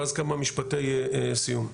ואז כמה משפטי סיום.